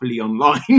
online